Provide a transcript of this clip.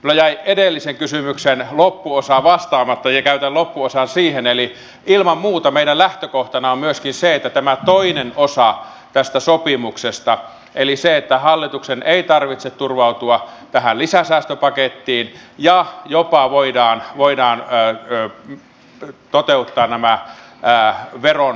minulta jäi edellisen kysymyksen loppuosa vastaamatta ja käytän loppuosan siihen eli ilman muuta meidän lähtökohtanamme on myöskin se että toteutetaan tämä toinen osa tästä sopimuksesta eli se että hallituksen ei tarvitse turvautua tähän lisäsäästöpakettiin ja jopa voidaan toteuttaa nämä veronkevennykset